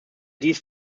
dies